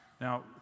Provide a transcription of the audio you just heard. Now